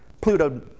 Pluto